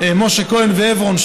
משה כהן ועברון,